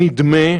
נדמה,